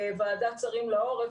לוועדת השרים לעורף.